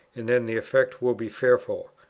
and then the effect will be fearful.